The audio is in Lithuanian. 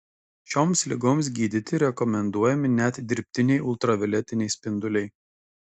šioms ligoms gydyti rekomenduojami net dirbtiniai ultravioletiniai spinduliai